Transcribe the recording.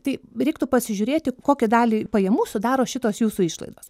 tai reiktų pasižiūrėti kokią dalį pajamų sudaro šitos jūsų išlaidos